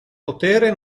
potere